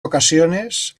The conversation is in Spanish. ocasiones